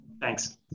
Thanks